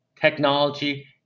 technology